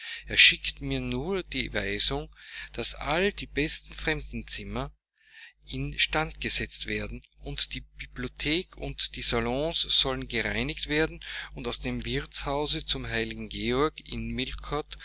er schickt mir nur die weisung daß all die besten fremdenzimmer in stand gesetzt werden und die bibliothek und die salons sollen gereinigt werden und aus dem wirtshause zum heiligen georg in